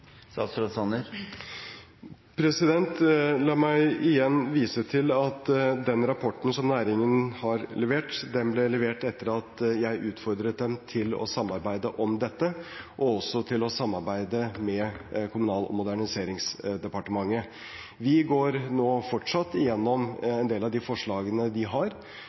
La meg igjen vise til at den rapporten som næringen har levert, ble levert etter at jeg utfordret den til å samarbeide om dette, og også til å samarbeide med Kommunal- og moderniseringsdepartementet. Vi går nå fortsatt igjennom en del av de forslagene de har.